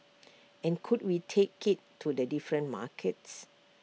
and could we take IT to the different markets